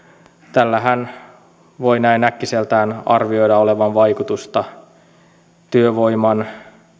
tällähän voi näin äkkiseltään arvioida olevan vaikutusta työvoiman